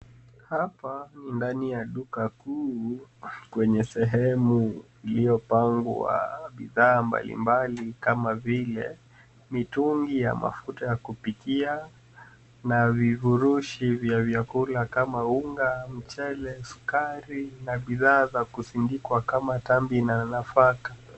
Hapa ni ndani ya duka kuu kwenye sehemu iliyopangwa bidhaa mbalimbali kama vile mitungi ya mafuta ya kupikia na vifurushi vya vyakula kama vile unga, mchele, sukari na bidhaa za kusindikwa kama tambi na nafaka.